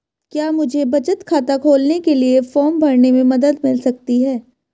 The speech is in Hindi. क्या मुझे बचत खाता खोलने के लिए फॉर्म भरने में मदद मिल सकती है?